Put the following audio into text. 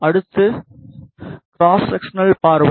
அடுத்தது cross sectional பார்வை